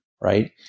right